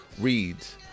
reads